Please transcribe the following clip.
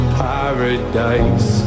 paradise